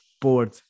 board